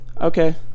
Okay